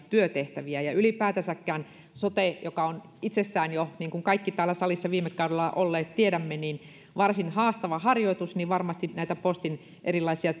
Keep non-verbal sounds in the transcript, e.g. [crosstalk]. työtehtäviä ja ylipäätänsäkin sote on itsessään jo niin kuin kaikki täällä salissa viime kaudella olleet tiedämme varsin haastava harjoitus joten varmasti näitä postin erilaisia [unintelligible]